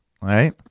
right